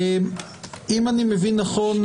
אם אני מבין נכון,